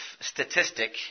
statistic